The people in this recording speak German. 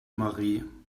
marie